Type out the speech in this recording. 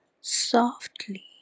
softly